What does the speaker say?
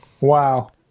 Wow